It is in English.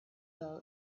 fell